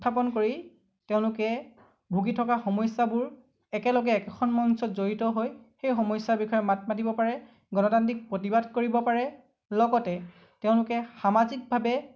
উত্থাপন কৰি তেওঁলোকে ভুগি থকা সমস্যাবোৰ একেলগে এখন মঞ্চত জড়িত হৈ সেই সমস্যাৰ বিষয়ে মাত মাতিব পাৰে গণতান্ত্ৰিক প্ৰতিবাদ কৰিব পাৰে লগতে তেওঁলোকে সামাজিকভাৱে